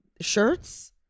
shirts